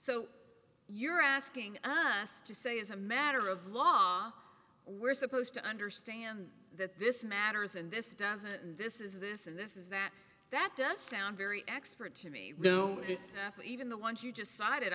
so you're asking us to say as a matter of law we're supposed to understand that this matters and this doesn't this is this and this is that that does sound very expert to me though even the ones you